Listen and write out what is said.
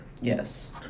Yes